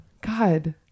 God